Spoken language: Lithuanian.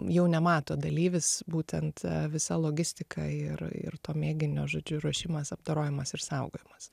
jau nemato dalyvis būtent visa logistika ir ir to mėginio žodžiu ruošimas apdorojimas ir saugojimas